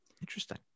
Interesting